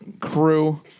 crew